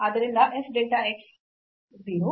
ಆದ್ದರಿಂದ f delta x 0